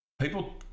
people